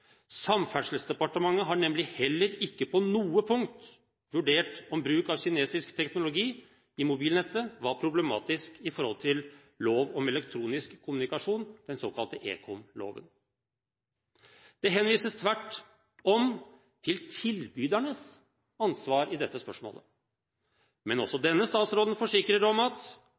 Samferdselsdepartementet har nemlig heller ikke på noe punkt vurdert om bruk av kinesisk teknologi i mobilnettet var problematisk når det gjelder lov om elektronisk kommunikasjon, den såkalte ekomloven. Det henvises tvert imot til tilbydernes ansvar i dette spørsmålet. Men også denne statsråden forsikrer: